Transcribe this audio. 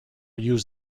use